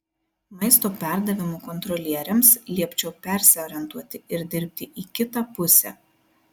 maisto perdavimo kontrolieriams liepčiau persiorientuoti ir dirbti į kitą pusę